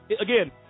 again